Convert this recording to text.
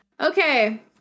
Okay